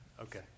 Okay